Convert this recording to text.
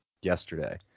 yesterday